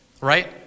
Right